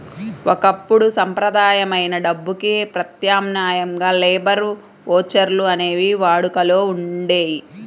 ఒకప్పుడు సంప్రదాయమైన డబ్బుకి ప్రత్యామ్నాయంగా లేబర్ ఓచర్లు అనేవి వాడుకలో ఉండేయి